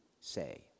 say